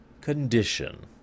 condition